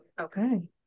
Okay